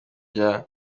byo